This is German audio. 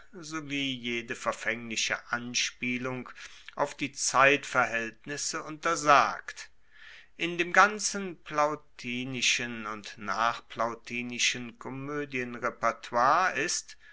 sowie jede verfaengliche anspielung auf die zeitverhaeltnisse untersagt in dem ganzen plautinischen und nachplautinischen komoedienrepertoire ist